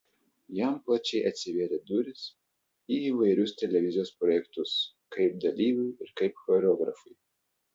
jam plačiai atsivėrė durys į įvairius televizijos projektus kaip dalyviui ir kaip choreografui